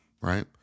right